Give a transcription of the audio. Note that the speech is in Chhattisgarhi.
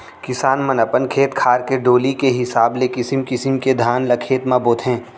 किसान मन अपन खेत खार के डोली के हिसाब ले किसिम किसिम के धान ल खेत म बोथें